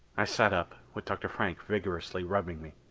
i sat up, with dr. frank vigorously rubbing me.